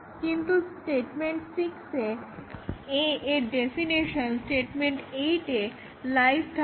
কিন্তু 6 এ a এর ডেফিনেশন স্টেটমেন্ট 8 এ লাইভ থাকে